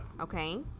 Okay